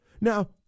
now